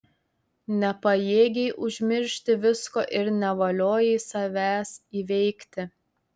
nepajėgei užmiršti visko ir nevaliojai savęs įveikti